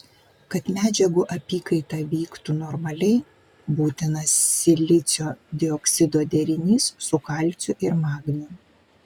kad medžiagų apykaita vyktų normaliai būtinas silicio dioksido derinys su kalciu ir magniu